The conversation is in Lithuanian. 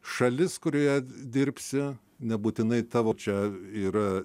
šalis kurioje dirbsi nebūtinai tavo čia yra